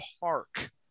park